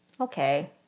okay